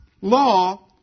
law